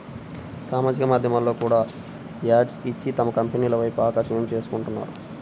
సామాజిక మాధ్యమాల్లో కూడా యాడ్స్ ఇచ్చి తమ కంపెనీల వైపు ఆకర్షింపజేసుకుంటున్నారు